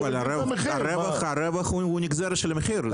אבל הרווח הוא נגזרת של המחיר.